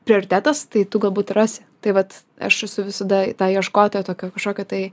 prioritetas tai tu galbūt ir rasi tai vat aš esu visada ta ieškotoja tokio kažkokio tai